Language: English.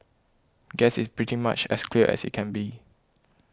guess it's pretty much as clear as it can be